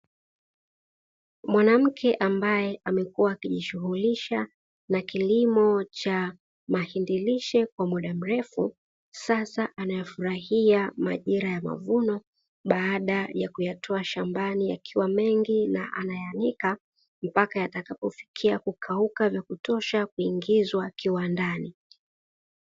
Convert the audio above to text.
Mwanamke ambaye amekuwa akijishughulisha na kilimo cha mahindilishe kwa muda mrefu sasa anayefurahia majira ya mavuno baada ya kuyatoa shambani yakiwa mengi na anayaanika mpaka atakapofikia kukauka na kutosha kuingizwa kiwandani